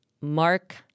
Mark